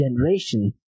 generation